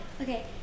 Okay